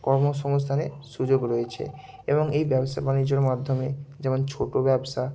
কর্মসংস্থানের সুযোগ রয়েছে এবং এই ব্যবসা বাণিজ্যর মাধ্যমে যেমন ছোটো ব্যবসা